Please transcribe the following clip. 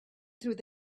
through